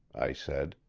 i said.